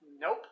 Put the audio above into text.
nope